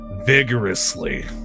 vigorously